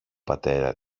πατέρα